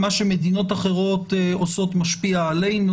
מה שמדינות אחרות עושות משפיע עלינו,